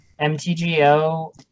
MTGO